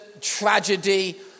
tragedy